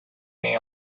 may